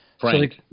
Frank